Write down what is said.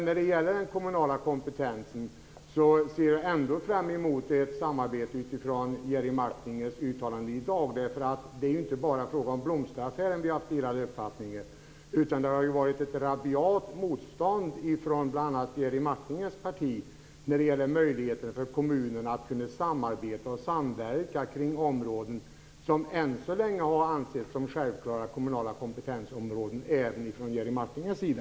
När det gäller den kommunala kompetensen ser jag fram emot ett samarbete med utgångspunkt i Jerry Martingers uttalande i dag. Det är inte bara i fråga om blomsteraffärer vi har haft delade uppfattningar. Det har varit ett rabiat motstånd från Jerry Martingers parti när det gäller möjligheter för kommunerna att kunna samarbeta och samverka kring områden som har setts som självklara kommunala kompetensområden - även från Jerry Martingers sida.